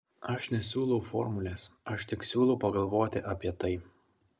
aš nesiūlau formulės aš tik siūlau pagalvoti apie tai